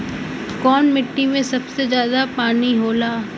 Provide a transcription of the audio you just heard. कौन मिट्टी मे सबसे ज्यादा पानी होला?